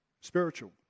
spiritual